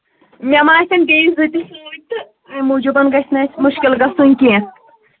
مےٚ ما آسن بیٚیہِ زٕ تہِ سۭتۍ تہٕ اَمہِ موٗجوٗبَن گژھِ نہٕ اَسہِ مُشکِل گژھُن کیٚنٛہہ